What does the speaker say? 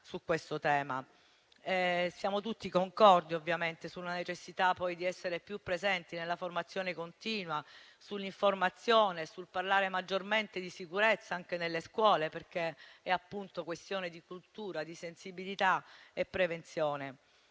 Siamo tutti d'accordo poi sulla necessità di essere più presenti sulla formazione continua e sull'informazione, nonché sul parlare maggiormente di sicurezza anche nelle scuole, perché - appunto - è questione di cultura, di sensibilità e di prevenzione.